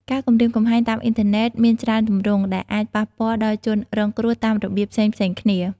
ការគំរាមកំហែងតាមអ៊ីនធឺណិតមានច្រើនទម្រង់ ដែលអាចប៉ះពាល់ដល់ជនរងគ្រោះតាមរបៀបផ្សេងៗគ្នា។